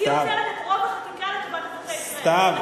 היא עוצרת את רוב החקיקה לטובת אזרחי ישראל.